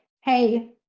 hey